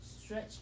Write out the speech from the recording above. stretch